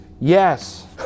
yes